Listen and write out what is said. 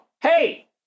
hey